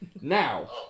Now